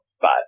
five